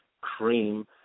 Cream